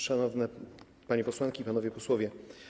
Szanowne Panie Posłanki i Panowie Posłowie!